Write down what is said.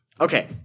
Okay